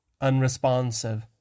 unresponsive